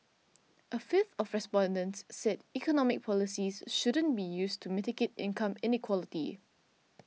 a fifth of respondents said economic policies shouldn't be used to mitigate income inequality